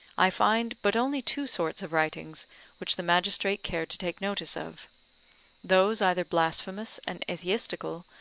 i find but only two sorts of writings which the magistrate cared to take notice of those either blasphemous and atheistical,